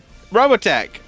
Robotech